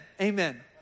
amen